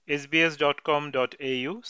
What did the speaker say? sbs.com.au